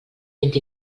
vint